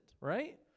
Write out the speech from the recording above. right